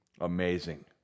amazing